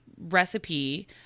recipe